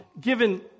given